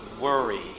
Worry